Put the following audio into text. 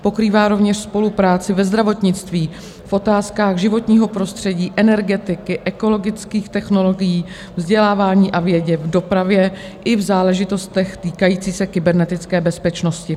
Pokrývá rovněž spolupráci ve zdravotnictví, v otázkách životního prostředí, energetiky, ekologických technologií, vzdělávání a vědě, v dopravě i v záležitostech týkajících se kybernetické bezpečnosti.